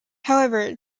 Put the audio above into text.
however